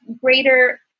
greater